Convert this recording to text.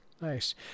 nice